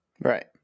Right